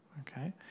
Okay